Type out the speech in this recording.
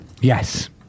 Yes